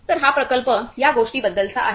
तर हा प्रकल्प या गोष्टींबद्दलचा आहे